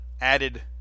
added